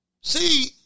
See